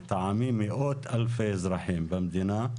לטעמי מאות אלפי אזרחים במדינה,